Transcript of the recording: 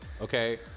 okay